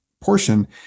portion